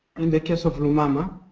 in the case of lumama,